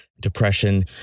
depression